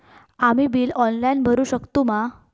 आम्ही bill online भरुक शकतू मा?